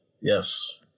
yes